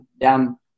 down